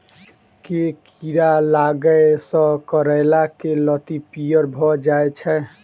केँ कीड़ा लागै सऽ करैला केँ लत्ती पीयर भऽ जाय छै?